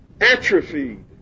atrophied